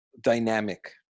dynamic